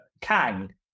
Kang